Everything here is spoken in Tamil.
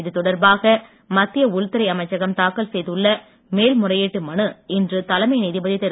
இது தொடர்பாக மத்திய உள்துறை அமைச்சகம் தாக்கல் செய்துள்ள மேல்முறையீட்டு மனு இன்று தலைமை நீதிபதி திரு